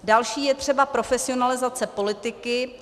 Další je třeba profesionalizace politiky.